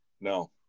No